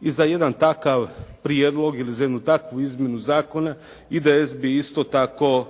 i za jedan takav prijedlog ili za jednu takvu izmjenu zakona, IDS bi isto tako